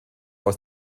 aus